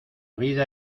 vida